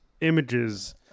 images